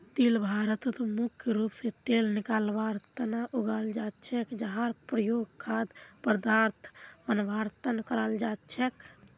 तिल भारतत मुख्य रूप स तेल निकलवार तना उगाल जा छेक जहार प्रयोग खाद्य पदार्थक बनवार तना कराल जा छेक